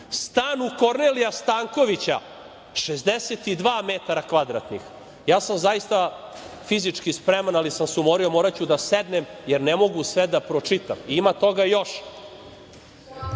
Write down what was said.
Stan u Kornelija Stankovića 62 metra kvadratnih. Ja sam zaista fizički spreman, ali sam se umorio. Moraću da sednem, jer ne mogu sve da pročitam. Ima toga još.